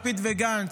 לפיד וגנץ,